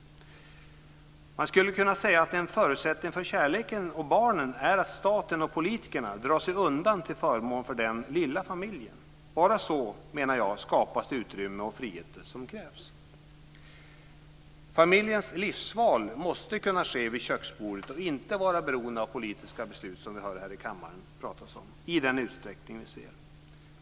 Man skulle kunna säga att en förutsättning för kärleken och barnen är att staten och politikerna drar sig undan till förmån för den lilla familjen. Bara så skapas det utrymme och de friheter som krävs. Familjens livsval måste kunna ske vid köksbordet och inte vara beroende av politiska beslut, som vi hör pratas om här i kammaren, i den utsträckning som vi ser.